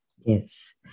Yes